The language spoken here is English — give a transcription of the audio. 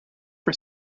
for